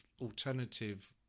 alternative